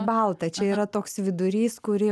balta čia yra toks vidurys kurį